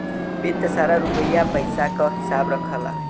वित्त सारा रुपिया पइसा क हिसाब रखला